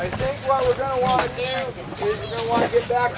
i want to get back